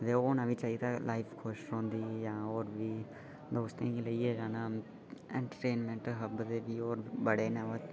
एह् होना बी चाहिदा इस कन्नै लाइफ खुश रौंह्दी ऐ होर बी दोस्तें गी लेइयै जाना